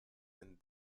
been